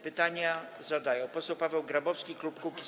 Pytania zadają poseł Paweł Grabowski, klub Kukiz’15.